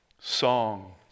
song